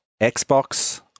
Xbox